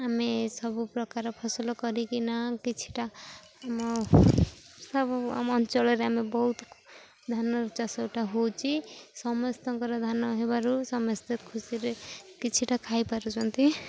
ଆମେ ସବୁ ପ୍ରକାର ଫସଲ କରିକିନା କିଛିଟା ଆମ ସବୁ ଆମ ଅଞ୍ଚଳରେ ଆମେ ବହୁତ ଧାନ ଚାଷଟା ହେଉଛି ସମସ୍ତଙ୍କର ଧାନ ହେବାରୁ ସମସ୍ତେ ଖୁସିରେ କିଛିଟା ଖାଇପାରୁଛନ୍ତି